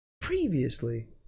previously